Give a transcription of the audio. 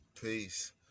Peace